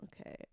Okay